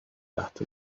that